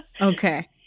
Okay